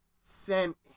sent